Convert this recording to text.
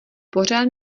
pořád